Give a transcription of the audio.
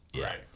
right